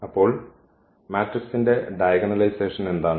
അപ്പോൾ മാട്രിക്സിന്റെ ഡയഗണലൈസേഷൻ എന്താണ്